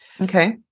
Okay